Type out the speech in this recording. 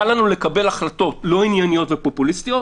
קל לנו לקבל החלטות לא ענייניות ופופוליסטיות,